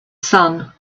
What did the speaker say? sun